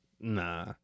Nah